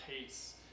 pace